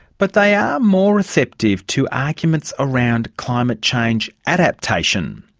but they are more receptive to arguments around climate change adaptation.